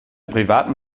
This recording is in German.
privaten